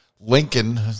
Lincoln